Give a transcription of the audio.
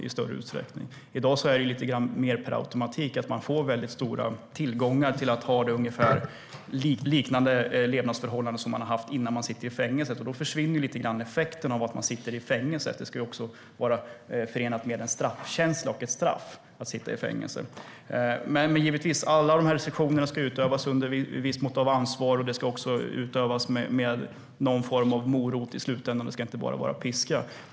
I dag sker det lite mer per automatik att man får god tillgång till sådant som ger levnadsförhållanden som liknar dem man haft innan man hamnade i fängelse, och då försvinner en del av effekten av att man sitter i fängelse. Det ska ju också vara förenat med en straffkänsla och ett straff att sitta i fängelse. Fortsatt svenskt deltagande i Natos utbildnings och rådgivningsinsats RSM i Afghanistan Självklart ska alla de här sanktionerna utövas under ett visst mått av ansvar, och även med någon form av morot i slutändan. Det ska inte bara vara piska.